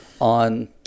on